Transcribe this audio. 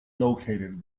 located